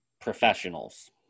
professionals